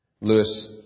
Lewis